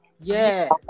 Yes